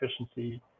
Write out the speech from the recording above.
efficiency